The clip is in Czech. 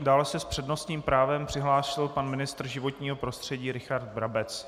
Dále se s přednostním právem přihlásil pan ministr životního prostředí Richard Brabec.